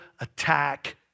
attack